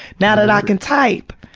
now that i can type,